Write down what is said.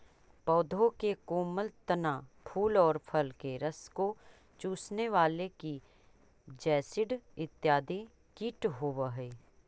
पौधों के कोमल तना, फूल और फल के रस को चूसने वाले की जैसिड इत्यादि कीट होवअ हई